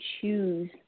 choose